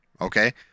okay